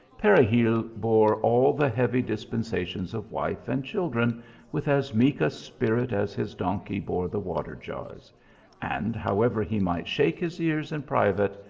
peregil bore all the heavy dispen sations of wife and children with as meek a spirit as his donkey bore the water-jars and, however he might shake his ears in private,